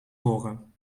horen